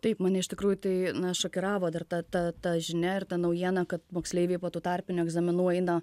taip mane iš tikrųjų tai šokiravo dar ta ta ta žinia ir ta naujiena kad moksleiviai po tų tarpinių egzaminų eina